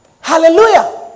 Hallelujah